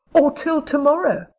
or till tomorrow?